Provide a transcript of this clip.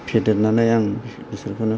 फेदेरनानै आं बिसोरखौनो